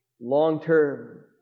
long-term